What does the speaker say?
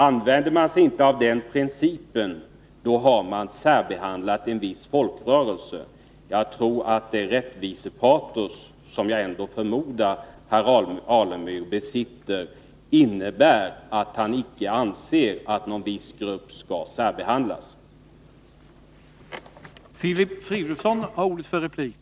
Använder man sig inte av den principen, har man särbehandlat en viss folkrörelse. Jag tror att det rättvisepatos som jag förmodar att herr Alemyr ändå besitter innebär att han icke anser att en viss grupp, i detta sammanhang Pingströrelsen, skall särbehandlas.